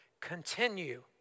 Continue